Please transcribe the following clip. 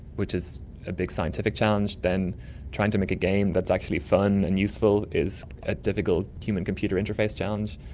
which is a big scientific challenge, and then trying to make a game that's actually fun and useful is a difficult human computer interface challenge.